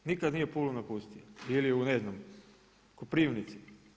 Nikad nije Pulu napustio ili u ne znam Koprivnici.